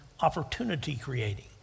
opportunity-creating